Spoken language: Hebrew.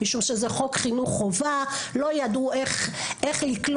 משום שיש חוק חינוך חובה ולא ידעו איך לקלוט.